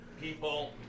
People